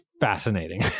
fascinating